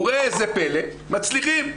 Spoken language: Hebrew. וראה זה פלא, מצליחים.